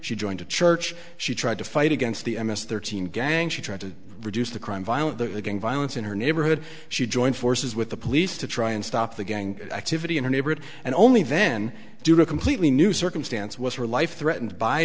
she joined a church she tried to fight against the m s thirteen gang she tried to reduce the crime violent the gang violence in her neighborhood she joined forces with the police to try and stop the gang activity in her neighborhood and only then did a completely new circumstance with her life threatened by